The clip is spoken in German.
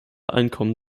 einkommen